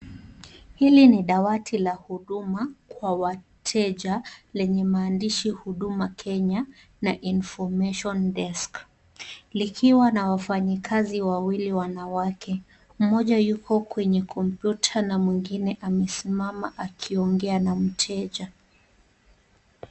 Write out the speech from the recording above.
Hili ni dawati la huduma kwa wateja lenye maandishi Huduma Kenya na Information Desk , likiwa na wafanyikazi wawili wanawake ,mmoja yuko kwenye kompyuta na mwingine amesimama akiongea na mteja.